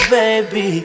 baby